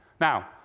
Now